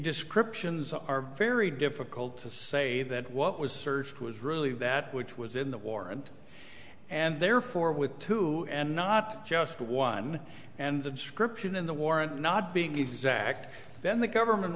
descriptions are very difficult to say that what was searched was really that which was in the warrant and therefore with two and not just one and the description in the warrant not being exact then the government